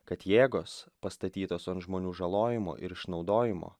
kad jėgos pastatytos ant žmonių žalojimo ir išnaudojimo